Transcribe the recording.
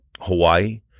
Hawaii